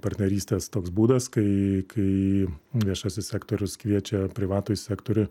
partnerystės toks būdas kai kai viešasis sektorius kviečia privatųjį sektorių